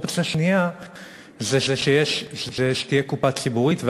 אופציה שנייה היא שתהיה קופה ציבורית,